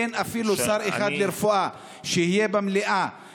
אין אפילו שר אחד לרפואה שיהיה במליאה,